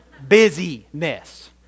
Busyness